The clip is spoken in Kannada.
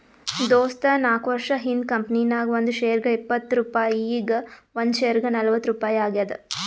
ದೋಸ್ತ ನಾಕ್ವರ್ಷ ಹಿಂದ್ ಕಂಪನಿ ನಾಗ್ ಒಂದ್ ಶೇರ್ಗ ಇಪ್ಪತ್ ರುಪಾಯಿ ಈಗ್ ಒಂದ್ ಶೇರ್ಗ ನಲ್ವತ್ ರುಪಾಯಿ ಆಗ್ಯಾದ್